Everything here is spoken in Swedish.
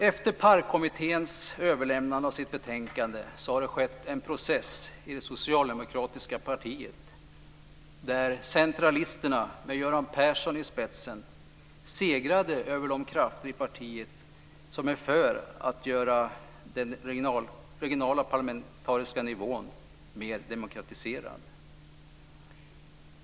Efter PARK:s överlämnande av sitt betänkande har det ägt rum en process i det socialdemokratiska partiet, där centralisterna med Göran Persson i spetsen segrade över de krafter i partiet som är för att göra den regionala parlamentariska nivån mer demokratiserad.